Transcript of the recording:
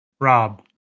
Rob